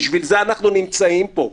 בשביל זה אנחנו נמצאים פה,